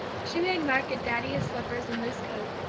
she made mark get daddy his slippers and loose coat,